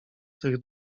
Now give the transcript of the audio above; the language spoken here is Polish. tych